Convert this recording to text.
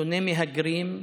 שונא מהגרים,